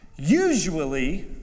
Usually